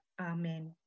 Amen